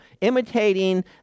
Imitating